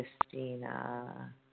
Christina